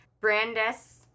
Brandes